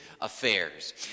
affairs